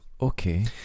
Okay